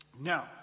Now